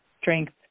strength